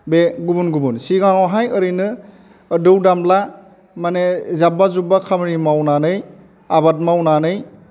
बे गुबुन गुबुन सिगाङावहाय ओरैनो दौ दामला माने जाब्बा जुब्बा खामानि मावनानै आबाद मावनानै